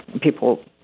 People